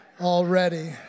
already